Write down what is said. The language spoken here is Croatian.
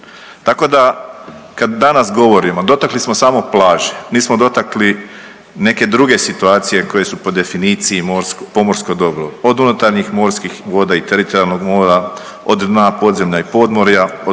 Tako da kad danas govorimo, dotakli smo samo plaže, nismo dotakli neke druge situacije koje su po definiciji morsko, pomorsko dobro. Od unutarnjim morskih voda i teritorijalnog mora, od dna, podzemlja i podmorja, od